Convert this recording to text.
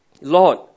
Lord